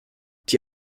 die